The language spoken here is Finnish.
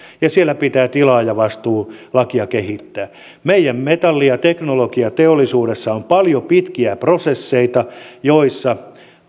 ja siellä pitää tilaajavastuulakia kehittää meidän metalli ja teknologiateollisuudessa on paljon pitkiä prosesseja joissa